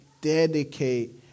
dedicate